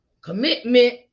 commitment